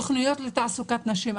תוכניות לתעסוקת נשים.